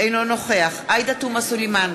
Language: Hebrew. אינו נוכח עאידה תומא סלימאן,